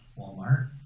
Walmart